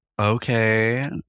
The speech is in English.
Okay